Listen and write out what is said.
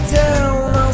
down